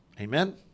Amen